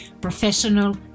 professional